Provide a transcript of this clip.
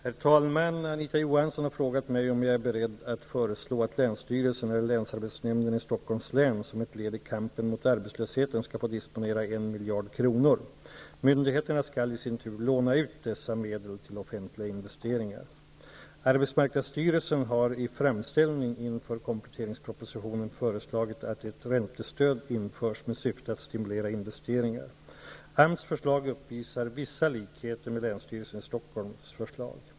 Herr talman! Anita Johansson har frågat mig om jag är beredd att föreslå att länsstyrelsen eller länsarbetsnämnden i Stockholms län, som ett led i kampen mot arbetslösheten, skall få disponera 1 miljard kronor. Myndigheterna skall i sin tur låna ut dessa medel till offentliga investeringar. Arbetsmarknadsstyrelsen har i framställning inför kompletteringspropositionen föreslagit att ett räntestöd införs, med syfte att stimulera investeringar. AMS förslag uppvisar vissa likheter med länsstyrelsens i Stockholm förslag.